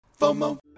FOMO